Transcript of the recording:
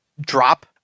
Drop